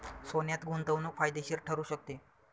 सोन्यात गुंतवणूक फायदेशीर ठरू शकते